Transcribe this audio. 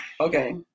Okay